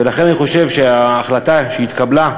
ולכן אני חושב שההחלטה שהתקבלה,